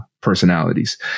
personalities